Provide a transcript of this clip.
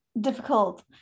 difficult